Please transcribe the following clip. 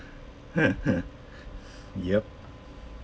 yup